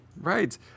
Right